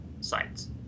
sites